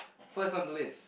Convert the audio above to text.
first on the list